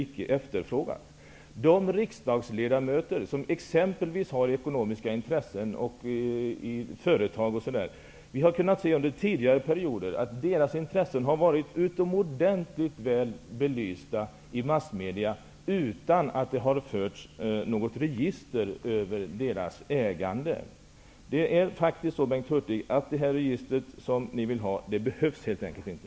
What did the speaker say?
När det gäller de riksdagsledamöter som exempelvis har ekonomiska intressen i företag har vi under tidigare perioder kunnat se att deras intressen varit utomordentligt väl belysta i massmedia, trots att det inte förekommit något register över deras ägande. Det register som ni vill ha, Bengt Hurtig, behövs helt enkelt inte.